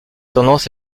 tendance